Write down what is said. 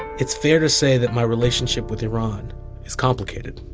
it's fair to say that my relationship with iran is complicated